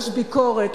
יש ביקורת,